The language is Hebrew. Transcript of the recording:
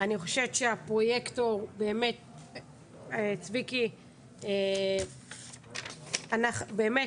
אני חושבת שהפרויקטור, צביקי, באמת